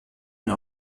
une